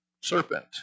serpent